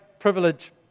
privilege